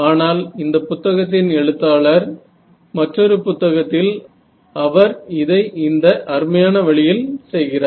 ஆனால் இந்தப் புத்தகத்தின் எழுத்தாளர் Refer Time 1523 மற்றொரு புத்தகத்தில் அவர் இதை இந்த அருமையான வழியில் செய்கிறார்